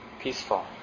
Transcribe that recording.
peaceful